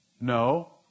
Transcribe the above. No